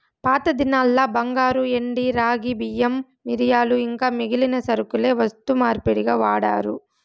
పాతదినాల్ల బంగారు, ఎండి, రాగి, బియ్యం, మిరియాలు ఇంకా మిగిలిన సరకులే వస్తు మార్పిడిగా వాడారు